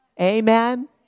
Amen